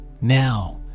Now